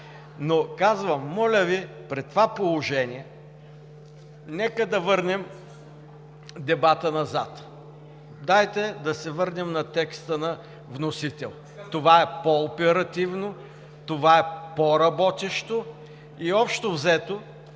но казвам: моля Ви, при това положение нека да върнем дебата назад. Дайте да се върнем на текста на вносител. Това е по-оперативно, това е по работещо и общо взето